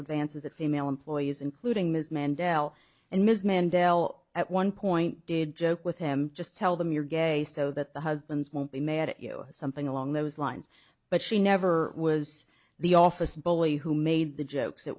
advances a female employees including ms mandela and ms mandela at one point did joke with him just tell them you're gay so that the husbands won't be mad at you something along those lines but she never was the office bully who made the jokes